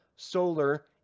Solar